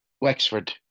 Wexford